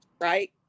right